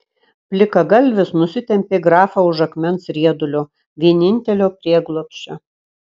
plikagalvis nusitempė grafą už akmens riedulio vienintelio prieglobsčio